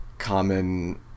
common